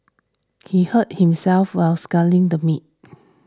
he hurt himself while slicing the meat